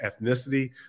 ethnicity